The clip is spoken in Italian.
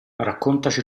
raccontaci